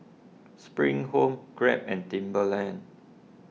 Spring Home Grab and Timberland